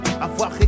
avoir